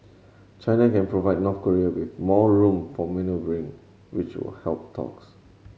China can provide North Korea with more room for manoeuvring which will help talks